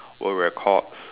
world records